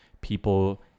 people